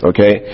Okay